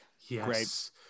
Yes